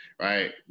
right